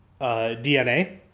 DNA